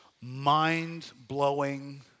mind-blowing